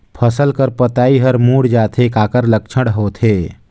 फसल कर पतइ हर मुड़ जाथे काकर लक्षण होथे?